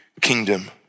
kingdom